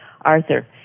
Arthur